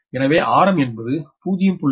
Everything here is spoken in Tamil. எனவே ஆரம் என்பது 0